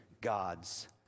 God's